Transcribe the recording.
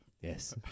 Yes